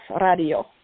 Radio